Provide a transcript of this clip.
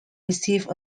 received